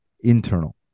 internal